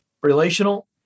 relational